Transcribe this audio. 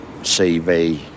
CV